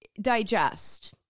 digest